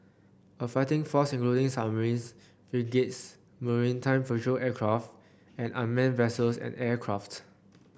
a fighting force including submarines frigates maritime patrol aircraft and unmanned vessels and aircraft